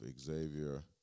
Xavier